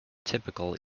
typical